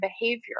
behavior